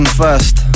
first